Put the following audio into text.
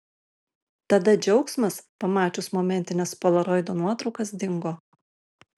tada džiaugsmas pamačius momentines polaroido nuotraukas dingo